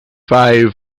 five